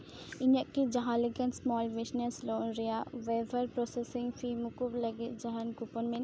ᱤᱧᱟᱹᱜ ᱠᱤ ᱡᱟᱦᱟᱸ ᱞᱮᱠᱟᱱ ᱥᱢᱚᱞ ᱵᱤᱡᱽᱱᱮᱥ ᱞᱳᱱ ᱨᱮᱭᱟᱜ ᱚᱭᱮᱵᱷᱟᱨ ᱯᱨᱚᱥᱮᱥᱤᱝ ᱯᱷᱤ ᱢᱩᱠᱩᱵ ᱞᱟᱹᱜᱤᱫ ᱡᱟᱦᱟᱱ ᱠᱩᱯᱚᱱ ᱢᱮᱱᱟᱜᱼᱟ